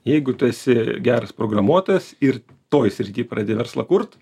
jeigu tu esi geras programuotojas ir toj srity pradedi verslą kurt